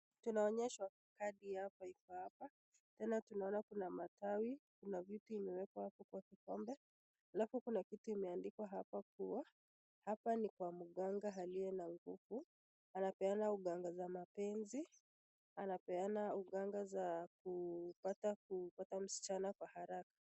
Tunaonyeshwa kadi hii iko hapa, tena tunaona kuna matawi, kuna vitu imewekwa hapo kwa kikombe, halafu kuna kitu imeandikwa hapa kuwa hapa ni kwa mganga aliye na nguvu, anapeana uganga za mapenzi, anapeana uganga za kupata msichana kwa haraka.